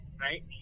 right